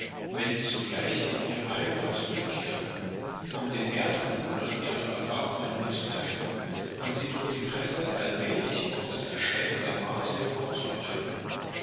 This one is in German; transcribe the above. wenn sie sogleich in ihre heimat zurückkehrten um den erdbewohnern ihre erfahrungen mitzuteilen und sie durch die presse allmählich auf das erscheinen der martier vorzubereiten